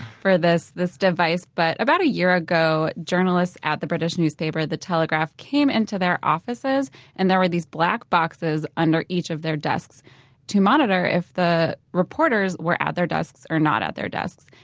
for this this device. but about a year ago, journalists at the british newspaper the telegraph came into their office and there were these black boxes under each of their desks to monitor if the reporters were at their desks or not at their desks.